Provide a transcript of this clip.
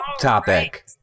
topic